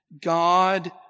God